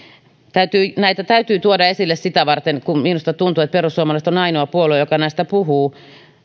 näitä täytyy tuoda esille sitä varten että minusta tuntuu että perussuomalaiset ovat ainoa puolue joka näistä puhuu